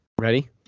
Ready